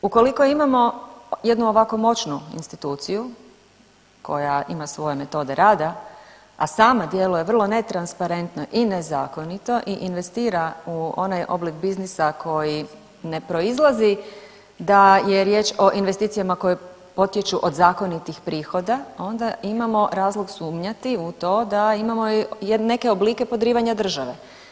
Ukoliko imamo jednu ovako moćnu instituciju koja ima svoje metode rada, a sama djeluje vrlo netransparentno i nezakonito i investira u onaj oblik biznisa koji ne proizlazi da je riječ o investicijama koje potječu od zakonitih prihoda onda imamo razlog sumnjati u to da imamo neke oblike podrivanja države.